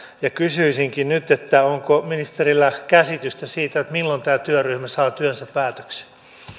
kysyisinkin nyt onko ministerillä käsitystä siitä milloin tämä työryhmä saa työnsä päätökseen